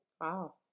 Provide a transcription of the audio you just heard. Wow